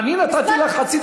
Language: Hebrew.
אתה סטייק על הגריל,